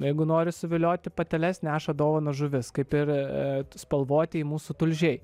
jeigu nori suvilioti pateles neša dovaną žuvis kaip ir spalvotieji mūsų tulžiai